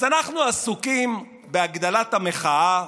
אז אנחנו עסוקים בהגדלת המחאה,